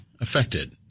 affected